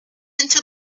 into